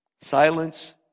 Silence